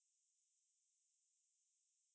இப்போ:ippo err pfizer கூட தெரியுல உனக்கு:kooda theriyula unakku